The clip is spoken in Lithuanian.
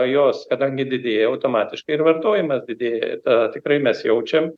jos kadangi didėja automatiškai ir vartojimas didėja tą tikrai mes jaučiam